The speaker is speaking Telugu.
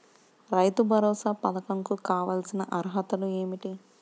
రైతు భరోసా పధకం కు కావాల్సిన అర్హతలు ఏమిటి?